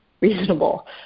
reasonable